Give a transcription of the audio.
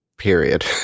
period